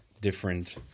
different